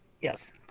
Yes